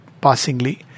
passingly